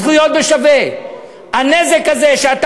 וצריך